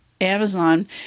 Amazon